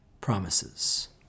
promises